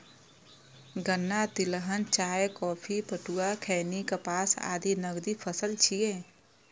गन्ना, तिलहन, चाय, कॉफी, पटुआ, खैनी, कपास आदि नकदी फसल छियै